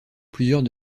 plusieurs